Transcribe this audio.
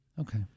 Okay